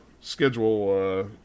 schedule